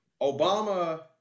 Obama